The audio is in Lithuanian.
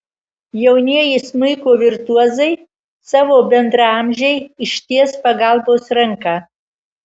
jaunieji smuiko virtuozai savo bendraamžei išties pagalbos ranką